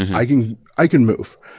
i can i can move.